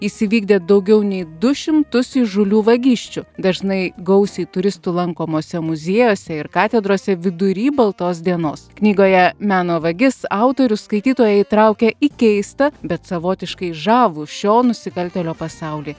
jis įvykdė daugiau nei du šimtus įžūlių vagysčių dažnai gausiai turistų lankomuose muziejuose ir katedrose vidury baltos dienos knygoje meno vagis autorius skaitytoją įtraukia į keistą bet savotiškai žavų šio nusikaltėlio pasaulį